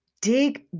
dig